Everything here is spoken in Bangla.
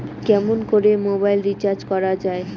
কেমন করে মোবাইল রিচার্জ করা য়ায়?